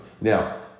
now